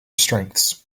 strengths